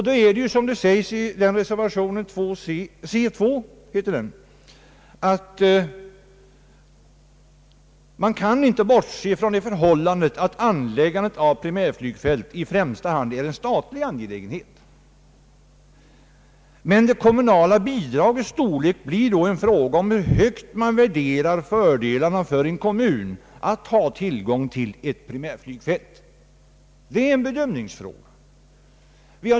Det sägs i reservation c 2 att man inte kan bortse från det förhållandet, att anläggandet av primärflygfält i främsta hand är en statlig angelägen het. Det kommunala bidragets storlek blir då en fråga om hur högt man värderar fördelarna för en kommun att ha tillgång till ett primärflygfält. Det är en bedömningsfråga.